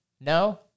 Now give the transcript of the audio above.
No